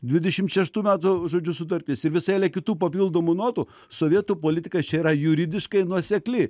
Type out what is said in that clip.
dvidešim šeštų metu žodžiu sutartis ir visa eilė kitų papildomų notų sovietų politika čia yra juridiškai nuosekli